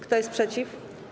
Kto jest przeciw?